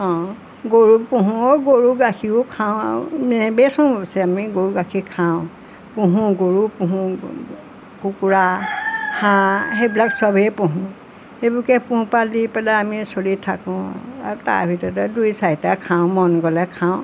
অঁ গৰু পোহোঁ গৰু গাখীৰো খাওঁ নেবেচোঁ পিছে আমি গৰু গাখীৰ খাওঁ পোহোঁ গৰু পোহোঁ কুকুৰা হাঁহ সেইবিলাক সবেই পোহোঁ সেইবোৰকে পোহপাল দি পেলাই আমি চলি থাকোঁ আৰু তাৰ ভিতৰতে দুই চাৰিটা খাওঁ মন গ'লে খাওঁ